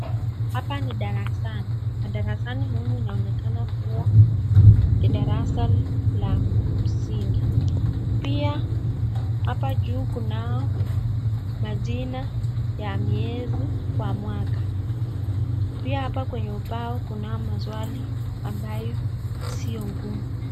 Hapa ni darasani na darasani humu inaonekana kuwa ni darasa la msingi. Pia hapa juu kunao majina ya miezi kwa mwaka. Pia hapa kwenye ubao kunao maswali ambayo sio ngumu.